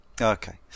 Okay